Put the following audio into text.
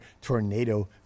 tornado